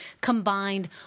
combined